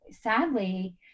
sadly